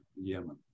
Yemen